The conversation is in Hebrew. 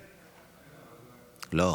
לא,